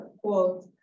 quote